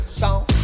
song